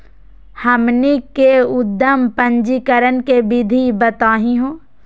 हमनी के उद्यम पंजीकरण के विधि बताही हो?